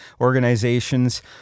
organizations